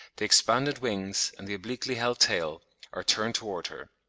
the expanded wings and the obliquely-held tail are turned towards her.